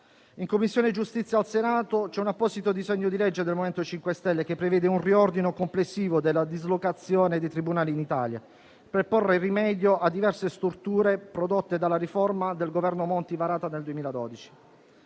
In Commissione giustizia al Senato un apposito disegno di legge del MoVimento 5 Stelle prevede un riordino complessivo della dislocazione dei tribunali in Italia per porre rimedio a diverse storture prodotte dalla riforma del Governo Monti varata nel 2012.